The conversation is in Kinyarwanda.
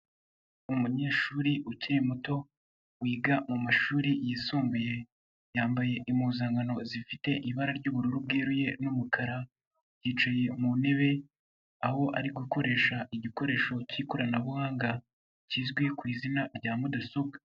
Umunyeshuri ukiri muto, wiga mu mashuri yisumbuye yambaye impuzankano zifite ibara ry'ubururu bweruye n'umukara, yicaye mu ntebe aho ari gukoresha igikoresho cy'ikoranabuhanga, kizwi ku izina rya mudasobwa.